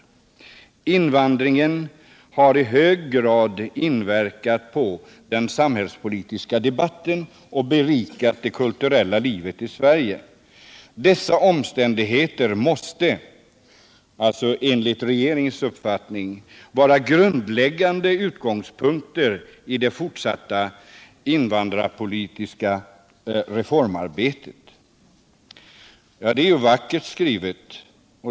Invandringen har i hög grad inverkat på den samhällspolitiska debatten och berikat det kulturella livet i Sverige. Dessa omständigheter måste enligt regeringens uppfattning vara grundläggande utgångspunkter i det fortsatta invandrarpolitiska reformarbetet. Det är vackert skrivet.